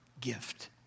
gift